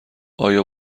آیا